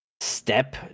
step